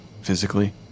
physically